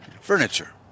furniture